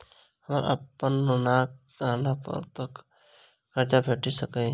हमरा अप्पन सोनाक गहना पड़ कतऽ करजा भेटि सकैये?